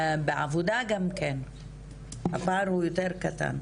בעבודה גם כן הפער הוא יותר קטן.